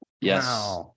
yes